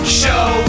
show